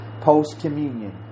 Post-Communion